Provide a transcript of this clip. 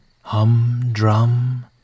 humdrum